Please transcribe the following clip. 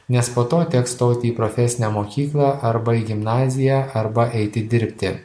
nes po to teks stoti į profesinę mokyklą arba į gimnaziją arba eiti dirbti